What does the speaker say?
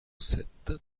sept